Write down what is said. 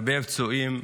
הרבה פצועים,